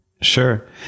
Sure